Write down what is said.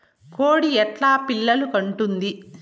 కోడి ఎట్లా పిల్లలు కంటుంది?